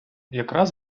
якраз